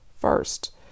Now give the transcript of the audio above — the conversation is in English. first